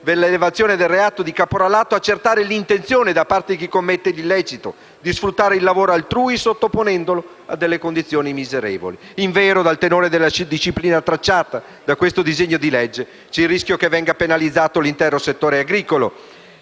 della rilevazione del reato di caporalato, accertare l'intenzione da parte di chi commette l'illecito, di sfruttare il lavoro altrui, sottoponendo i lavoratori a condizioni miserevoli. Invero, dal tenore della disciplina tracciata da questo disegno di legge, vi è il rischio che venga penalizzato l'intero settore agricolo